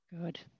Good